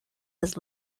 was